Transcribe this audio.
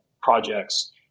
projects